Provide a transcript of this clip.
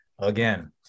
Again